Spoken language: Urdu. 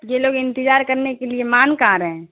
یہ لوگ انتظار کرنے کے لیے مان کہاں رہے ہیں